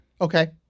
Okay